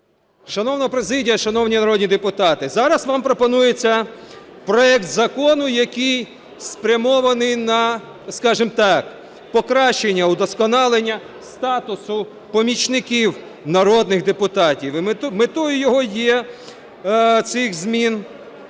Шановна президія, шановні народні депутати, зараз вам пропонується проект закону, який спрямований на, скажімо так, покращення, удосконалення статусу помічників народних депутатів. Метою його є, цих змін,